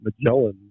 Magellan